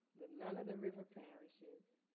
none of the river parishes.